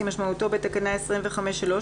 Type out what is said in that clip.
כמשמעותו בתקנה 25(3),